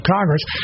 Congress